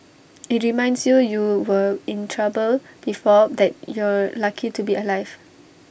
IT reminds you you were in trouble before that you're lucky to be alive